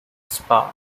spa